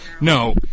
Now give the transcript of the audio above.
No